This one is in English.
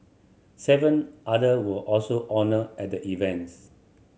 seven other were also honoured at the events